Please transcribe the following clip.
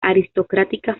aristocrática